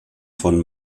von